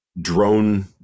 drone